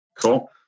Cool